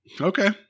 okay